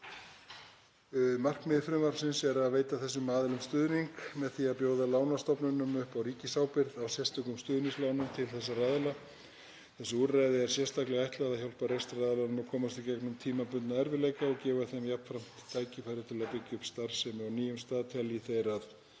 Markmið frumvarpsins er að veita þessum aðilum stuðning með því að bjóða lánastofnunum upp á ríkisábyrgð á sérstökum stuðningslánum til þessara aðila. Þessu úrræði er sérstaklega ætlað að hjálpa rekstraraðilunum að komast í gegnum tímabundna erfiðleika og gefa þeim jafnframt tækifæri til að byggja upp starfsemi á nýjum stað, telji þeir að